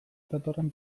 datorren